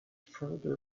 further